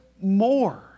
more